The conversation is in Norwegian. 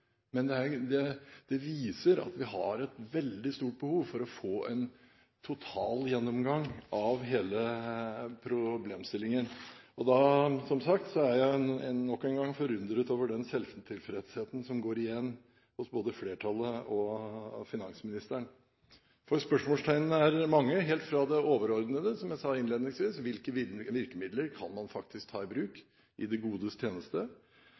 men det viser at vi har et veldig stort behov for å få en totalgjennomgang av hele problemstillingen. Som sagt er jeg nok en gang forundret over den selvtilfredsheten som går igjen hos både flertallet og finansministeren. For spørsmålene er mange, helt fra det overordnede, som jeg nevnte innledningsvis: Hvilke virkemidler kan man ta i bruk i det godes tjeneste?